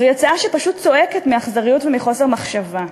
זוהי הצעה שפשוט צועקת מאכזריות ומחוסר מחשבה.